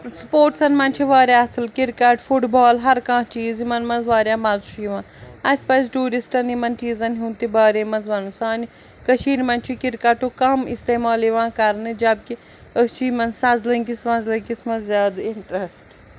سپوٹسَن منٛز چھِ واریاہ اَصٕل کِرکَٹ فُٹ بال ہَر کانہہ چیٖز یِمَن منٛز واریاہ مَزٕ چھُ یِوان اَسہِ پَزِ ٹوٗرِسٹَن یمَن چیٖزَن ہُند تہِ بارے منٛز وَنُن سانہِ کٔشیٖرِ منٛز چھُ کِرکَٹُک کَم اِستعمال یِوان کرنہٕ جب کہِ أسۍ چھِ یِمَن سَزٕ لٔنٛگِس وَزٕ لٔنٛگِس منٛز زیادٕ اِنٹرٛسٹ